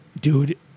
Dude